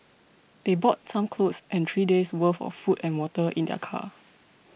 they brought some clothes and three days worth of food and water in their car